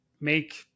make